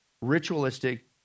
ritualistic